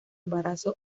embarazo